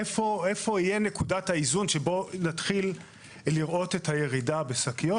איפה תהיה נקודת האיזון שבה נתחיל לראות את הירידה בשקיות.